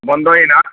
ᱵᱚᱱᱫᱚᱭᱮᱱᱟ